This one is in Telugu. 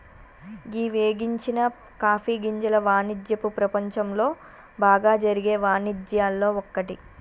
గీ వేగించని కాఫీ గింజల వానిజ్యపు ప్రపంచంలో బాగా జరిగే వానిజ్యాల్లో ఒక్కటి